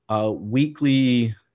weekly